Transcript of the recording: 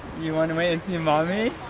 you wanna wait and see mommy?